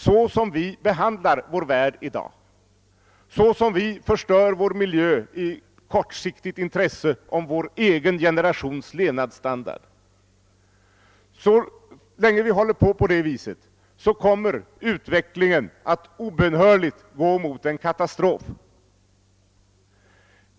Så som vi behandlar vår värld i dag, så som vi förstör vår miljö i kortsiktigt intresse om vår egen generations levnadsstandard, så länge vi fortsätter på detta sätt kommer utvecklingen obönhörligen att gå mot en katastrof.